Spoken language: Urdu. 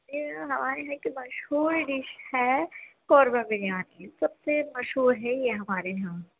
جی میم ہمارے یہاں کی مشہور ڈش ہے قورمہ بریانی سب سے مشہور ہے یہ ہمارے یہاں